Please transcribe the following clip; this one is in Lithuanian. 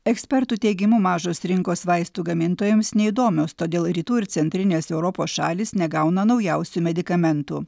ekspertų teigimu mažos rinkos vaistų gamintojams neįdomios todėl rytų ir centrinės europos šalys negauna naujausių medikamentų